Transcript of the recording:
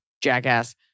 jackass